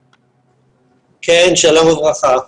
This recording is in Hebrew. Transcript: כן, שלום וברכה.